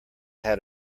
how